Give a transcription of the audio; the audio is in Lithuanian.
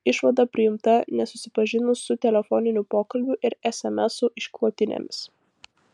išvada priimta nesusipažinus su telefoninių pokalbių ir esemesų išklotinėmis